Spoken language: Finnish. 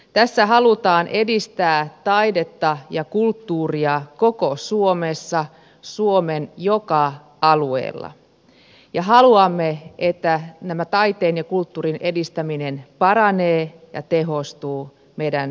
tässä halutaan edistää taidetta ja kulttuuria koko suomessa suomen joka alueella ja haluamme että taiteen ja kulttuurin edistäminen paranee ja tehostuu meidän maassamme